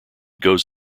goes